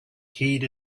heed